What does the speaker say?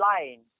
line